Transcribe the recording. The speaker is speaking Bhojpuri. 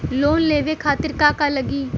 लोन लेवे खातीर का का लगी?